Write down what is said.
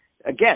again